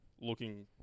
looking